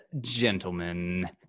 gentlemen